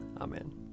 amen